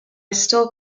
still